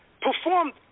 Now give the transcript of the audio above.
performed